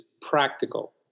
practical